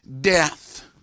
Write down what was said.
death